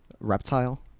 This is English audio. reptile